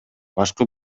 башкы